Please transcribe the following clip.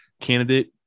candidate